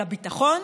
לביטחון,